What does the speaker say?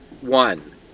one